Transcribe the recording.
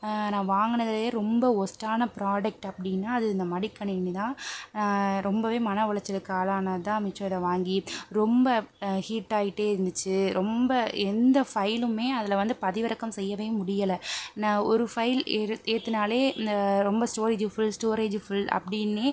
நான் வாங்கினதுலே ரொம்ப ஒஸ்ட்டான ப்ரொடெக்ட் அப்படின்னா அது இந்த மடிக்கணினி தான் ரொம்பவே மன உளைச்சலுக்கு ஆளானது தான் மிச்சம் இதை வாங்கி ரொம்ப ஹீட் ஆகிட்டே இருந்துச்சு ரொம்ப எந்த ஃபைலுமே அதில் வந்து பதிவிறக்கம் செய்யவே முடியலை நான் ஒரு ஃபைல் ஏற்றுனாலே ரொம்ப ஸ்டோரேஜ் ஃபுல் ஸ்டோரேஜ் ஃபுல் அப்படினே